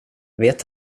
vet